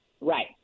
Right